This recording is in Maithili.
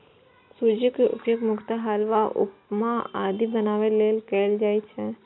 सूजी के उपयोग मुख्यतः हलवा, उपमा आदि बनाबै लेल कैल जाइ छै